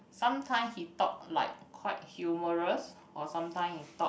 sometime he talk like quite humorous or sometime he talk